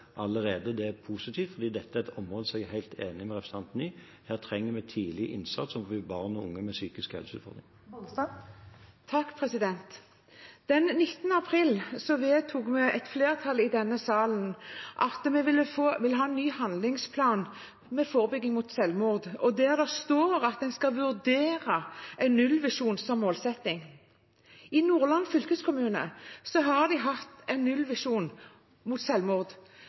Det er positivt, for dette er et område der jeg er helt enig med representanten i at vi trenger tidlig innsats overfor barn og unge med psykiske helseutfordringer. Olaug V. Bollestad – til oppfølgingsspørsmål. Den 19. april vedtok et flertall i denne salen at vi vil ha ny handlingsplan for forebygging av selvmord, og at en skal vurdere en nullvisjon som målsetting. I Nordland fylkeskommune har de hatt en nullvisjon for selvmord,